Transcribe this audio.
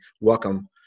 welcome